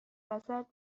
وسط